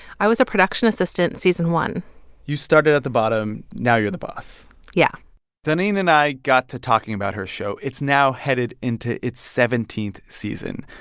i was a production assistant in season one you started at the bottom. now you're the boss yeah doneen and i got to talking about her show. it's now headed into its seventeenth season.